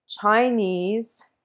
Chinese